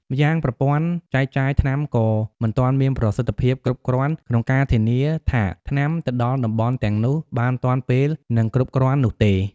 ម្យ៉ាងប្រព័ន្ធចែកចាយថ្នាំក៏មិនទាន់មានប្រសិទ្ធភាពគ្រប់គ្រាន់ក្នុងការធានាថាថ្នាំទៅដល់តំបន់ទាំងនោះបានទាន់ពេល និងគ្រប់គ្រាន់នោះទេ។